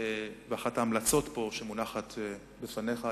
ואחת ההמלצות פה שמונחת לפניכם,